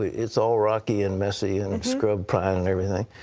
its all rocky and messy and scrub pine and everything.